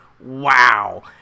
Wow